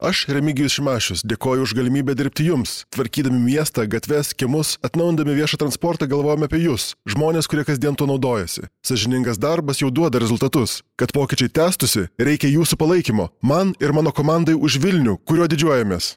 aš remigijus šimašius dėkoju už galimybę dirbti jums tvarkydami miesto gatves kiemus atnaujindami viešą transportą galvojome apie jus žmones kurie kasdien tuo naudojasi sąžiningas darbas jau duoda rezultatus kad pokyčiai tęstųsi reikia jūsų palaikymo man ir mano komandai už vilnių kuriuo didžiuojamės